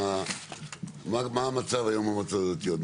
מה המצב היום במועצות הדתיות?